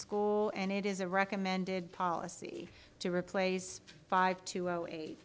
school and it is a recommended policy to replace five to